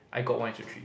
I got one is to three